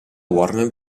warner